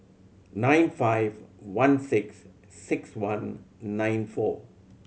nine five one six six one nine four